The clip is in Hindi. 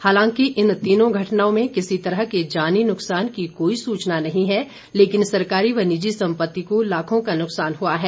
हालांकि इन तीनों घटनाओं में किसी तरह के जानी नुक्सान की कोई सूचना नहीं है लेकिन सरकारी व निजी सम्पत्ति को लाखो का नुक्सान हुआ है